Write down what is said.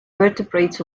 vertebrates